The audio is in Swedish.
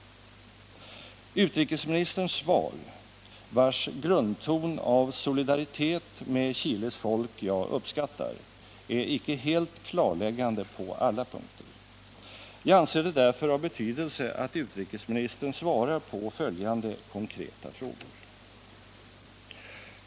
Utrikesministerns svar, vars grundton av solidaritet med Chiles folk jag uppskattar, är icke helt klarläggande på alla punkter. Jag anser det därför av betydelse att utrikesministern svarar på följande konkreta frågor: 1.